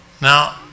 Now